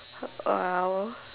!wow!